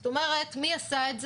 זאת אומרת, מי עשה את זה?